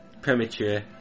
premature